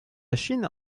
chine